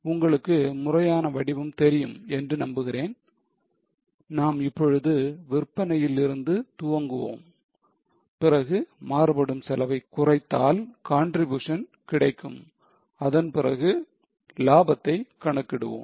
உங்களுக்கு முறையான வடிவம் தெரியும் என்று நம்புகிறேன் நாம் இப்போது விற்பனையில் இருந்து துவங்குவோம் பிறகு மாறுபடும் செலவை குறைத்தால் contribution கிடைக்கும் அதன்பிறகு லாபத்தை கணக்கிடுவோம்